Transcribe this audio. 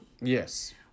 Yes